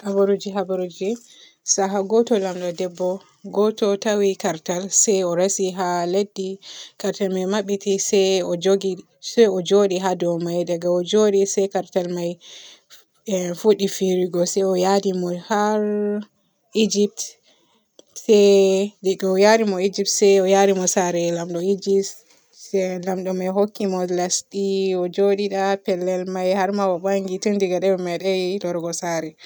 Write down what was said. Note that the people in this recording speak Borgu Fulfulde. Habaruji habaruji saha gotol am ɗo debbo. Goto taawi kartal se o reesi haa leddi karte may mabbiti se o joogi- se o njoodi haa ɗou may daga o njoodi se kartal may fu-fuɗɗi fiirugo se o yaadi mo har Egipt se diga o yaari mo Egipt se o yaari saare laamɗo Egipt se laamɗo may hokki mo lesdi o joodida pellel may har ma o baangi ton diga den o metay loorugo saare.